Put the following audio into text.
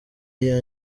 iya